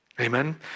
Amen